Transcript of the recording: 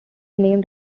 named